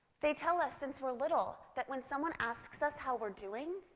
they tell us since we're little that when someone asks us how we're doing,